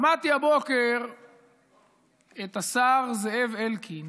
שמעתי הבוקר את השר זאב אלקין